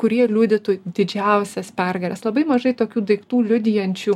kurie liudytų didžiausias pergales labai mažai tokių daiktų liudijančių